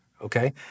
Okay